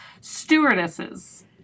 Stewardesses